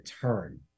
turn